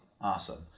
Awesome